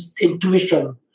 intuition